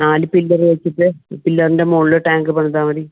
നാല് പില്ലർ വെച്ചിട്ട് പില്ലറിൻ്റെ മുകളിൽ ടാങ്ക് പണിതാൽ മതി